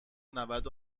نود